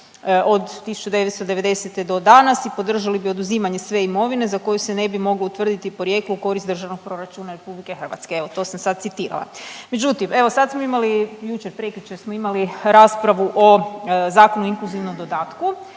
od 1990. do danas i podržali bi oduzimanje sve imovine za koju se ne bi moglo utvrditi porijeklo u korist državnog proračuna Republike Hrvatske. Evo to sam sad citirala. Međutim, evo sad smo imali jučer, prekjučer smo imali raspravu o Zakonu o inkluzivnom dodatku